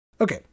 Okay